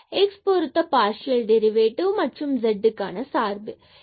இது x பொருத்த partial derivative மற்றும் z க்கான சார்பு ஆகும்